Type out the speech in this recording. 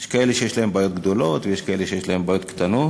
יש כאלה שיש להם בעיות גדולות ויש כאלה שיש להם בעיות קטנות.